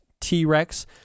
t-rex